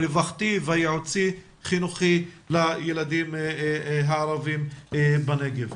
הרווחתי והייעוצי חינוכי לילדים הערבים בנגב.